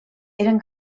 eren